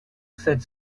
cette